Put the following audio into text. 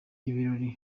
ibirori